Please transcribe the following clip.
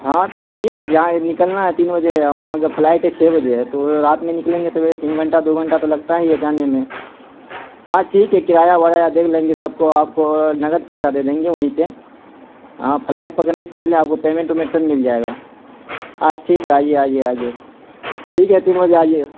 ہاں تو آئیے نا جی یہاں نکلنا ہے تین بجے وہاں کا فلائٹ چھ بجے پہ تو رات میں نکلیں گے سویرے تین گھنٹہ دو گھنٹہ تو لگتا ہی ہے جانے میں ہاں ٹھیک ہے کرایہ ورایہ دیکھ لیں گے سب کو آپ کو اور نقد پیسہ دے دیں گے وہیں پہ ہاں فلائٹ پکڑنے سے پہلے آپ کو پیمنٹ وومنٹ سب مل جائے گا اچھا ٹھیک ہے آئیے آئیے آئیے ٹھیک ہے تین بجے آئیے گا